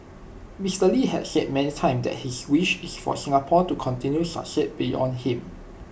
Mister lee had said many time that his wish is for Singapore to continue succeed beyond him